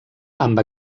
amb